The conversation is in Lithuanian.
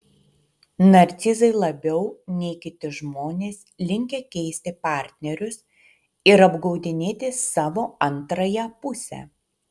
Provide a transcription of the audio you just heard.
narcizai labiau nei kiti žmonės linkę keisti partnerius ir apgaudinėti savo antrąją pusę